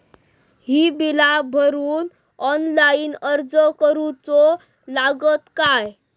ही बीला भरूक ऑनलाइन अर्ज करूचो लागत काय?